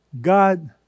God